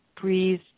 breathe